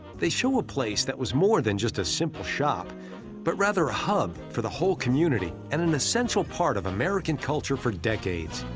they show a place that was more than a simple shop but rather a hub for the whole community and an essential part of american culture for decades.